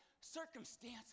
circumstance